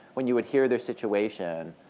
when you would hear their situation